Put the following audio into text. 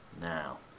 now